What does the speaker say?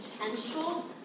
potential